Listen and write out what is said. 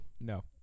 no